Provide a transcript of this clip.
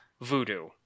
voodoo